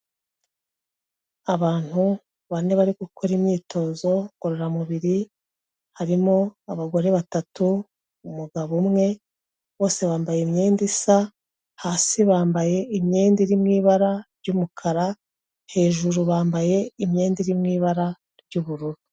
Abantu bane bari gukora imyitozo ngororamubiri, harimo abagore batatu, umugabo umwe, bose bambaye imyenda isa, hasi bambaye imyenda iri mu ibara ry'umukara, hejuru bambaye imyenda iri mu ibara ry'ubururu.